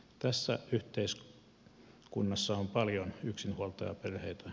tässä yhteiskunnassa on paljon yksinhuoltajaperheitä